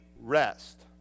rest